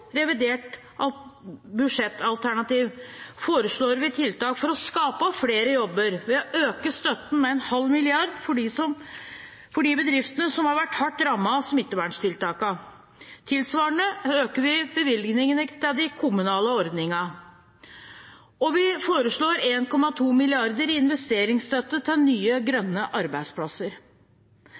foreslår vi tiltak for å skape flere jobber, ved å øke støtten til de bedriftene som har vært hardt rammet av smitteverntiltakene, med 0,5 mrd. kr. Tilsvarende øker vi bevilgningene til de kommunale ordningene. Vi foreslår også 1,2 mrd. kr i investeringsstøtte til nye, grønne arbeidsplasser.